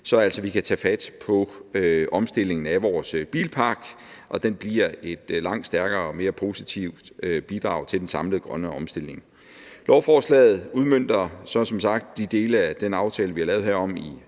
så vi kan tage fat på omstillingen af vores bilpark, og den bliver et langt stærkere og mere positivt bidrag til den samlede grønne omstilling. Lovforslaget udmønter som sagt de dele af den aftale, vi har lavet herom i